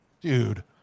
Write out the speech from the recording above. Dude